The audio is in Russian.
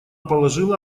положила